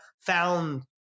found